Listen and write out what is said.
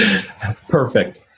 Perfect